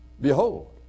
Behold